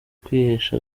kwihesha